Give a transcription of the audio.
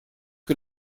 que